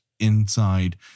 inside